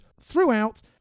throughout